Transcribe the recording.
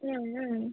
ಹ್ಞೂ ಹ್ಞೂ